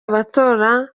abatora